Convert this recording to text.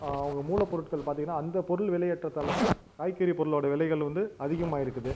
மூலப்பொருட்கள் பார்த்திங்கன்னா அந்த பொருள் விலையேற்றத்தால தான் காய்கறி பொருளோடய விலைகள் வந்து அதிகமாகிருக்குது